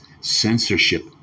censorship